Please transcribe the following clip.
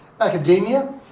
academia